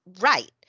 right